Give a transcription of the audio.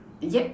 yup